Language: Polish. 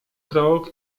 krok